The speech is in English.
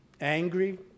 angry